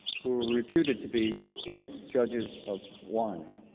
who were reputed to be great judges of wine.